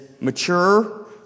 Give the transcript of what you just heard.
mature